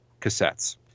cassettes